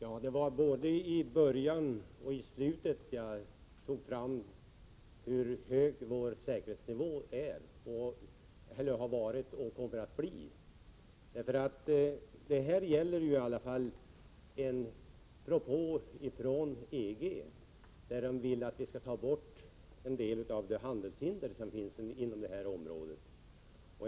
Fru talman! Både i början och slutet av mitt anförande tog jag upp hur hög vår säkerhetsnivå har varit, är och kommer att bli. Det gäller i alla fall en propå ifrån EG, där man vill att vi skall ta bort en del av de handelshinder som finns inom detta område.